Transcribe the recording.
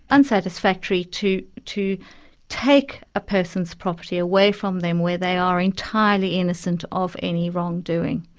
unsatisfactory to to take a person's property away from them when they are entirely innocent of any wrongdoing.